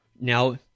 Now